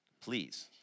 Please